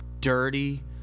dirty